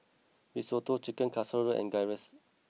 Risotto Chicken Casserole and Gyros